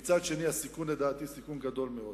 אבל מצד שני לדעתי הסיכון גדול מאוד.